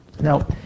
Now